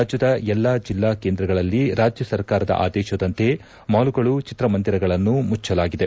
ರಾಜ್ಯದ ಎಲ್ಲಾ ಜಿಲ್ಲಾ ಕೇಂದ್ರಗಳಲ್ಲಿ ರಾಜ್ಯ ಸರ್ಕಾರದ ಆದೇಶದಂತೆ ಮಾಲುಗಳು ಚಿತ್ರಮಂದಿರಗಳನ್ನು ಮುಚ್ಚಲಾಗಿದೆ